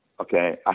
Okay